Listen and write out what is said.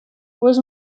was